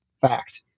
fact